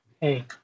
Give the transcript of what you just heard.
hey